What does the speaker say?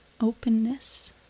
openness